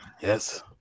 Yes